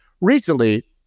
Recently